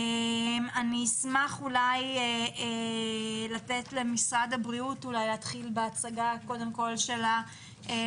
אני אשמח לתת למשרד הבריאות להתחיל בהצגה של התקנות